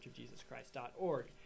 churchofjesuschrist.org